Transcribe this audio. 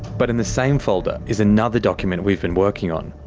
but in the same folder is another document we've been working on.